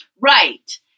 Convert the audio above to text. Right